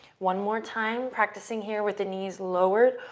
one more time, practicing here with the knees lowered,